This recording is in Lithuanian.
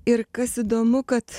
ir kas įdomu kad